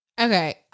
Okay